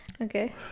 Okay